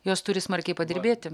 jos turi smarkiai padirbėti